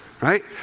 Right